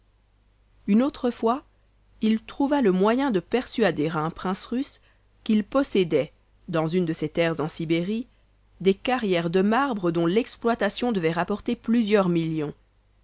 une autre fois il trouva le moyen de persuader à un prince russe qu'il possédait dans une de ses terres en sibérie des carrières de marbres dont l'exploitation devait rapporter plusieurs millions